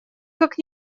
как